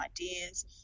ideas